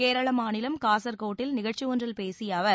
கேரள மாநிலம் காசர் கோட்டில் நிகழ்ச்சி ஒன்றில் பேசிய அவர்